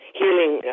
healing